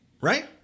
Right